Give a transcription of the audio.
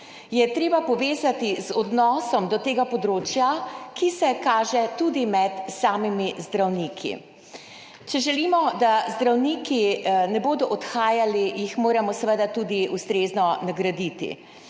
je treba povezati z odnosom do tega področja, ki se kaže tudi med samimi zdravniki. Če želimo, da zdravniki ne bodo odhajali, jih moramo seveda tudi ustrezno nagraditi.